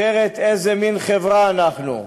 אחרת, איזה מין חברה אנחנו?